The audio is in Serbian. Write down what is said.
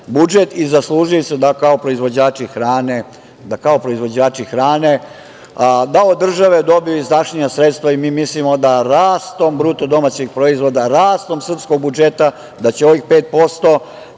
budžet i zaslužili su da kao proizvođači hrane, da od države dobiju izdašnija sredstva i mi mislimo da rastom BDP-a, rastom srpskog budžeta, da će ovih 5%